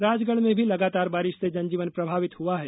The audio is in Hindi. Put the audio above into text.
राजगढ़ में भी लगातार बारिश से जनजीवन प्रभावित हुआ है